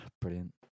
Brilliant